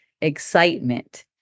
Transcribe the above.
excitement